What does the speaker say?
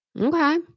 Okay